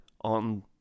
on